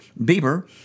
Bieber